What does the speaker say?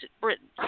Britain